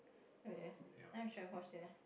wait then I should have watched it eh